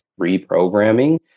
reprogramming